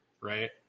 right